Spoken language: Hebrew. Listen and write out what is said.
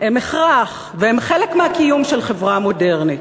הם הכרח והם חלק מהקיום של חברה מודרנית.